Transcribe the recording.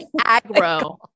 aggro